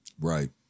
Right